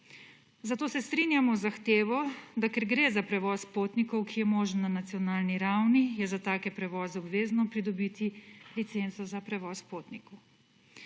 Zato se strinjamo z zahtevo, da ker gre za prevoz potnikov, ki je možen na nacionalni ravni je za take prevoze obvezno pridobiti licenco za prevoz potnikov.